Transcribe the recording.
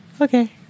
Okay